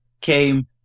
came